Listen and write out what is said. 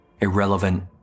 irrelevant